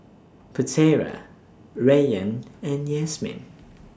Putera Rayyan and Yasmin